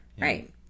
Right